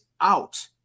out